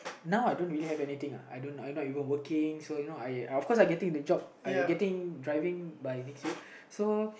now I don't even really have anything lah I don't I not even working so you know I of course I getting the job I getting driving by next week so